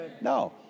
No